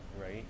right